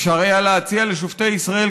אפשר היה להציע לשופטי ישראל,